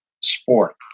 sport